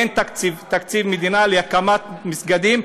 אין תקציב מדינה להקמת מסגדים,